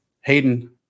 Hayden